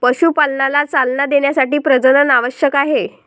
पशुपालनाला चालना देण्यासाठी प्रजनन आवश्यक आहे